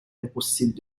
impossible